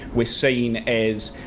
we're seen as,